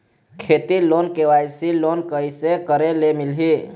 खेती loan KYC loan कइसे करे ले मिलही?